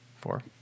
Four